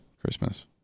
Christmas